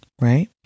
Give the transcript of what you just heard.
Right